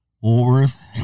Woolworth